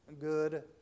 good